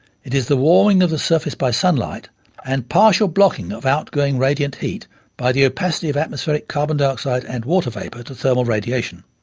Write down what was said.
it is the warming of the surface by sunlight and partial blocking of outgoing radiant heat by the opacity of atmospheric carbon dioxide and water vapour to thermal radiation.